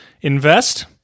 Invest